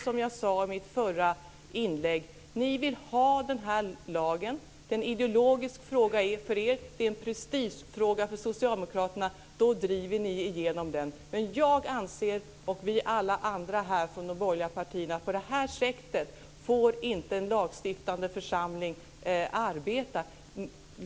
Som jag sade i mitt förra inlägg vill ni ha den här lagen, det är en ideologisk fråga och en prestigefråga för socialdemokraterna. Därför driver ni igenom den. Men jag och alla vi andra från de borgerliga partierna anser att på det här sättet får inte en lagstiftande församling arbeta.